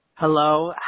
Hello